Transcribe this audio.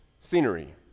Scenery